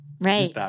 Right